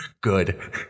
Good